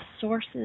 Source's